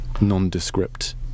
nondescript